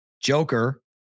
Joker